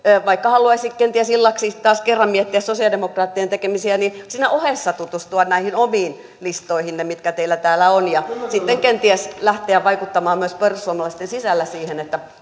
vaikka haluaisi kenties illaksi taas kerran miettiä sosialidemokraattien tekemisiä siinä ohessa tutustua näihin omiin listoihinne mitkä teillä täällä on ja sitten kenties lähteä vaikuttamaan myös perussuomalaisten sisällä siihen että